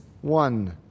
one